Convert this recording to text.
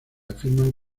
afirman